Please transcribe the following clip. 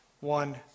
one